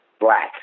black